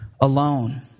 alone